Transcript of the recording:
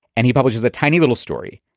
and he publishes a tiny little story.